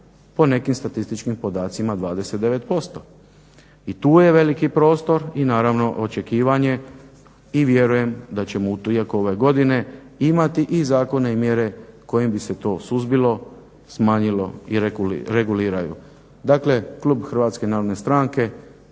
po nekim statističkim podacima 29%. I tu je veliki prostor i naravno očekivanje i vjerujem da ćemo, iako ove godine imati i zakone i mjere kojim bi se to suzbilo, smanjilo i reguliralo. Dakle, klub HNS-a pozdravlja